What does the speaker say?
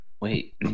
Wait